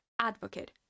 advocate